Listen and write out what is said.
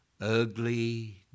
Ugly